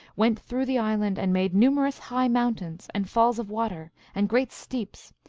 went through the island, and made numerous high mountains and falls of water and great steeps,